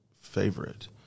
favorite